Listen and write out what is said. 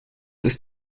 ist